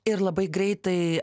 ir labai greitai